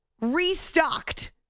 restocked